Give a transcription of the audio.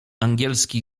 angielski